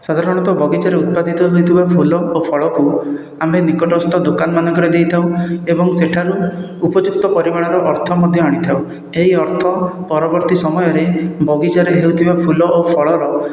ସାଧାରଣତଃ ବଗିଚାରେ ଉତ୍ପାଦିତ ହୋଇଥିବା ଫୁଲ ଓ ଫଳକୁ ଆମେ ନିକଟସ୍ଥ ଦୋକାନ ମାନଙ୍କରେ ଦେଇଥାଉ ଏବଂ ସେଠାରୁ ଉପଯୁକ୍ତ ପରିମାଣର ଅର୍ଥ ମଧ୍ୟ ଆଣିଥାଉ ଏହି ଅର୍ଥ ପରବର୍ତ୍ତୀ ସମୟରେ ବଗିଚାରେ ହେଉଥିବା ଫୁଲ ଓ ଫଳର